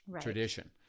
tradition